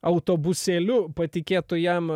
autobusėliu patikėtu jam